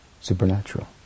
supernatural